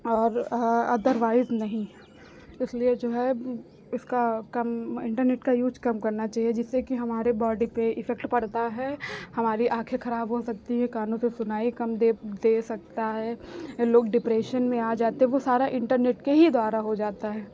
और अदरवाइज़ नहीं इसलिए जो है इसका कम इन्टरनेट का यूज़ कम करना चहिए जिससे कि हमारे बॉडी पर इफ़ेक्ट पड़ता है हमारी आँखें खराब हो सकती हैं कानों से सुनाई कम दे दे सकता है लोग डिप्रेशन में आ जाते हैं वह सारा इन्टरनेट के ही द्वारा हो जाता है